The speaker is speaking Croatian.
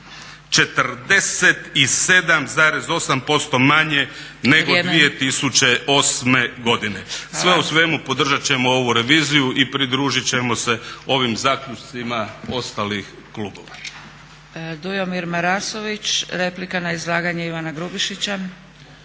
47,8% manje nego 2008. godine. Sve u svemu, podržat ćemo ovu reviziju i pridružit ćemo se ovim zaključcima ostalih klubova.